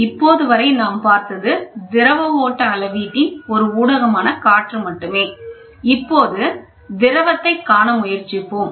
இப்போது வரை நாம் பார்த்தது திரவ ஓட்ட அளவீட்டின் ஒரு ஊடகமான காற்று மட்டுமே இப்போது திரவத்தைக் காண முயற்சிப்போம்